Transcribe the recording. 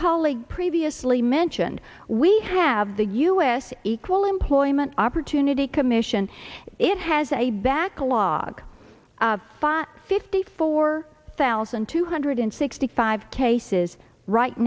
colleague previously mentioned we have the u s equal employment opportunity commission it has a backlog file fifty four thousand two hundred sixty five cases right